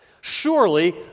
surely